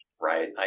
Right